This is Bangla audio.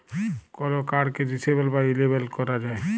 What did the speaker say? কল কাড়কে ডিসেবল বা ইলেবল ক্যরা যায়